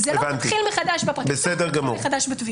זה לא מתחיל מחדש בפרקליטות או בתביעות.